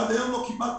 עד היום לא קיבלתי,